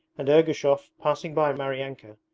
and ergushov, passing by maryanka,